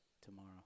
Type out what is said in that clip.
tomorrow